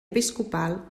episcopal